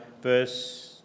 verse